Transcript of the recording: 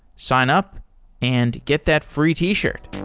sign-up and get that free t-shirt.